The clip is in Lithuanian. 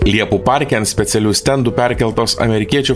liepų parke ant specialių stendų perkeltos amerikiečių